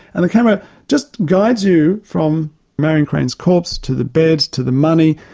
and the camera just guides you from marian crane's corpse to the bed, to the money,